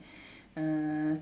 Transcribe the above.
uh